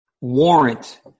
warrant